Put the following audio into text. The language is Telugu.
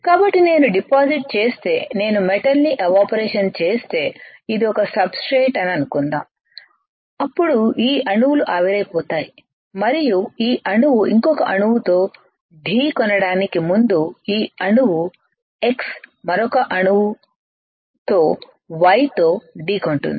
కాబట్టి నేను డిపాజిట్ చేస్తే నేను మెటల్ ని ఎవాపరేషన్ చేస్తే ఇది ఒక సబ్ స్ట్రేట్ అని అనుకుందాం అప్పుడు ఈ అణువులు ఆవిరైపోతాయి మరియు ఈ అణువు ఇంకొక అణువుతో ఢీకొననడానికి ముందు ఈ అణువు x మరొక అణువుతో y తో ఢీ కొంటుంది